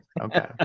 Okay